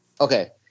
Okay